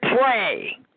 pray